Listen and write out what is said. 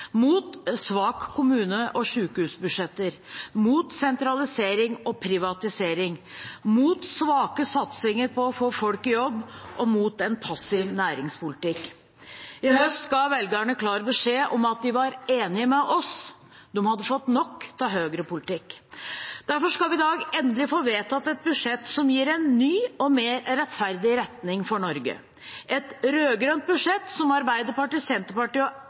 mot svake kommune- og sykehusbudsjetter, mot sentralisering og privatisering, mot svake satsinger på å få folk i jobb og mot en passiv næringspolitikk. I høst ga velgerne klar beskjed om at de var enig med oss; de hadde fått nok av høyrepolitikk. Derfor skal vi i dag endelig få vedtatt et budsjett som gir en ny og mer rettferdig retning for Norge – et rød-grønt budsjett som Arbeiderpartiet, Senterpartiet og SV har